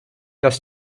dass